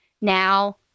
Now